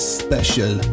special